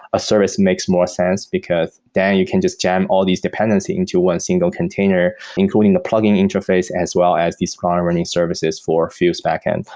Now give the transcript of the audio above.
a service makes more sense because then you can just jam all these dependency into one single container including the plugin interface as well as these long running services for fuse backend.